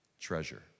treasure